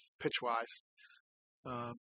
pitch-wise